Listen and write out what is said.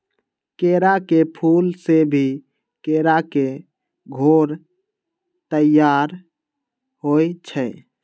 केरा के फूल से ही केरा के घौर तइयार होइ छइ